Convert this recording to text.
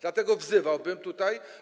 Dlatego wzywałbym,